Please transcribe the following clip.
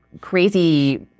crazy